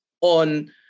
on